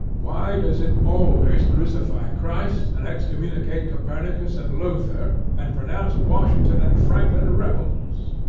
why does it always crucify christ and excommunicate copernicus and luther, and pronounce washington and franklin rebels?